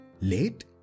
Late